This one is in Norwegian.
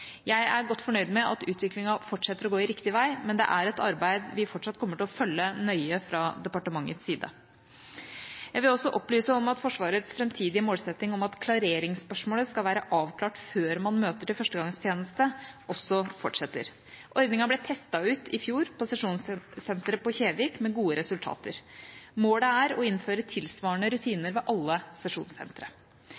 Jeg er godt fornøyd med at utviklingen fortsetter å gå riktig vei, men det er et arbeid vi fortsatt kommer til å følge nøye fra departementets side. Jeg vil også opplyse om at Forsvarets framtidige målsetting om at klareringsspørsmålet skal være avklart før man møter til førstegangstjeneste, også fortsetter. Ordningen ble testet ut i fjor på sesjonssenteret på Kjevik med gode resultater. Målet er å innføre tilsvarende